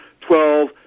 twelve